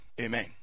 amen